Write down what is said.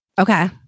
Okay